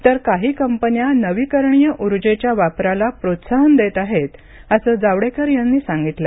तर काही कंपन्या नवीकरणीय उर्जेच्या वापराला प्रोत्साहन देत आहेत असं जावडेकर यांनी सांगितलं